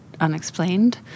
unexplained